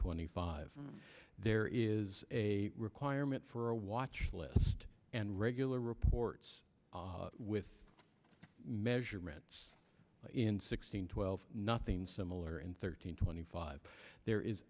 twenty five there is a requirement for a watch list and regular reports with measurements in sixteen twelve nothing similar in thirteen twenty five there is